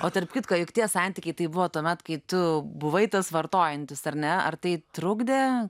o tarp kitko juk tie santykiai tai buvo tuomet kai tu buvai tas vartojantis ar ne ar tai trukdė